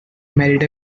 married